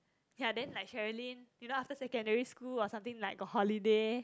ya then like Sherilyn you know after secondary school got something like got holiday